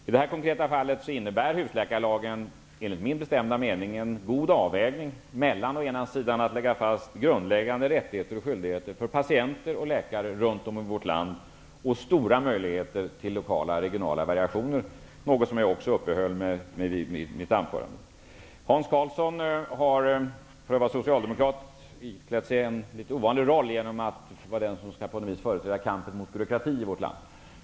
I det här konkreta fallet innebär husläkarlagen enligt min bestämda mening en god avvägning, när det gäller att lägga fast grundläggande rättigheter och skyldigheter för patienter och läkare runt om i vårt land och stora möjligheter till lokala och regionala variationer. Detta uppehöll jag mig också vid i mitt anförande. Hans Karlsson har för att vara socialdemokrat iklätt sig en litet ovanlig roll genom att företräda kampen mot byråkrati i vårt land.